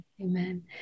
Amen